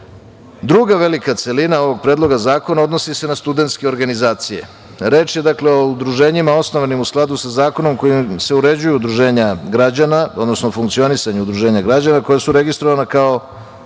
velika celina ovog Predloga zakona se odnosi na studentske organizacije. Reč je o udruženjima osnovanim u skladu sa zakonom kojim se uređuju udruženja građana, odnosno funkcionisanje udruženja građana koja su registrovana kao